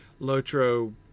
Lotro